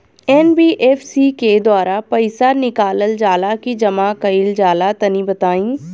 NBFC के द्वारा पईसा निकालल जला की जमा कइल जला तनि बताई?